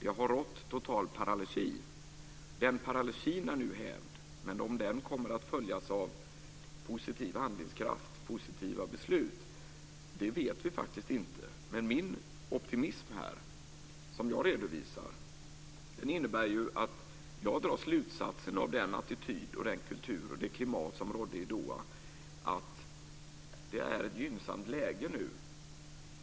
Det har rått total paralysi, men den är nu hävd. Om den kommer att följas av positiv handlingskraft och positiva beslut vet vi faktiskt inte, men den optimism som jag redovisar beror på att jag drar den slutsatsen av den attityd, den kultur och det klimat som rådde i Doha att det nu är ett gynnsamt läge.